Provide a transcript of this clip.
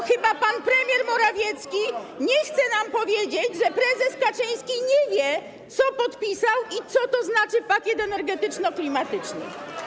Chyba pan premier Morawiecki nie chce nam powiedzieć, że prezes Kaczyński nie wie, co podpisał i co to znaczy pakiet energetyczno-klimatyczny.